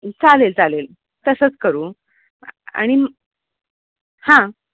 चालेल चालेल तसंच करू आणि हां